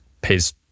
pays